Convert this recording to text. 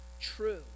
true